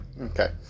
Okay